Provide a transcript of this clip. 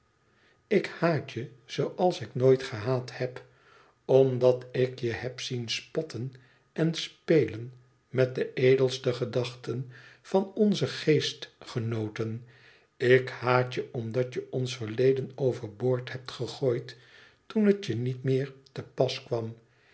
ik haat je zooals ik nooit gehaat heb omdat ik je heb zien spotten en spelen met de edelste gedachten van onze geestgenooten ik haat je omdat je ons verleden over boord hebt gegooid toen het je niet meer te pas kwam